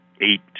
eight